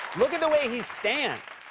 look at the way he stands.